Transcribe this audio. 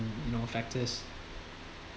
you know factors